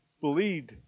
believed